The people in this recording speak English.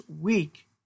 week